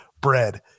bread